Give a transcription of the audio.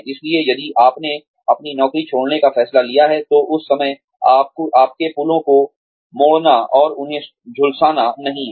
इसलिए यदि आपने अपनी नौकरी छोड़ने का फैसला किया है तो उस समय आपके पुलों को मोड़ना और उन्हें झुलसाना नहीं है